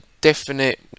definite